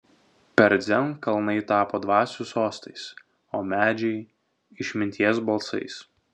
per dzen kalnai tapo dvasių sostais o medžiai išminties balsais